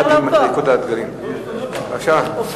בבקשה.